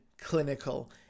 clinical